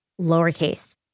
lowercase